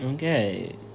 Okay